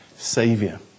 Saviour